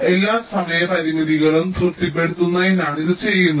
എല്ലാ സമയ പരിമിതികളും തൃപ്തിപ്പെടുത്തുന്നതിനാണ് ഇത് ചെയ്യുന്നത്